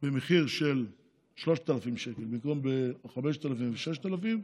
במחיר של 3,000 שקלים במקום 5,000 6,000,